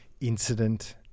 incident